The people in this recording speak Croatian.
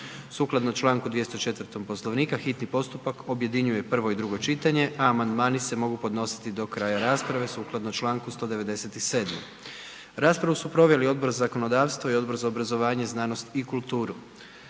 Sukladno čl. 204. Poslovnika hitni postupak objedinjuje prvo i drugo čitanje, a amandmani se mogu podnositi do kraja rasprave sukladno čl. 197. Raspravu su proveli Odbor za zakonodavstvo i Odbor za obrazovanje, znanost i kulturu.